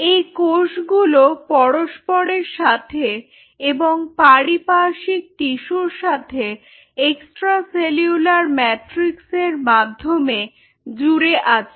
এই কোষগুলো পরস্পরের সাথে এবং পারিপার্শ্বিক টিস্যুর সাথে এক্সট্রা সেলুলার ম্যাট্রিক্স এর মাধ্যমে জুড়ে আছে